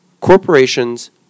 corporations